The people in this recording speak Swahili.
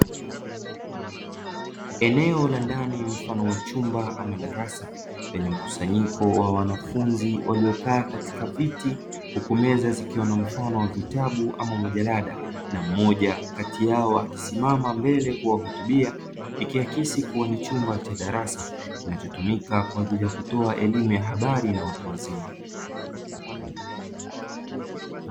Eneo la ndani mfano wa chumba ama darasa lenye mkusanyiko wa wanafunzi waliokaa katika viti, huku meza zikiwa na mfano wa vitabu ana majarada na mmoja kati yao akisimama mbele kuwahutubia ikiakisi kuwa ni chumba cha darasa kinachotumika kwa ajili ya kutoa elimu ya habari na watu wazima.